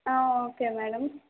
okay madam